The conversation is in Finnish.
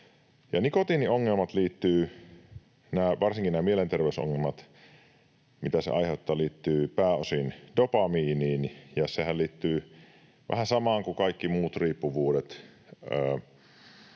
Nikotiiniongelmat, varsinkin nämä mielenterveysongelmat, mitä se aiheuttaa, liittyvät pääosin dopamiiniin, ja sehän liittyy vähän samaan kuin kaikki muut riippuvuudet.